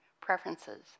preferences